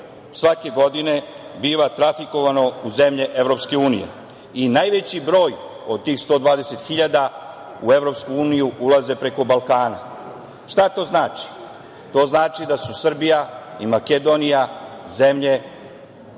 svake godine biva trafikovano u zemlje EU i najveći broj od tih 120.000 u EU ulaze preko Balkana. Šta to znači? To znači da su Srbija i Makedonija zemlje